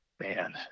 Man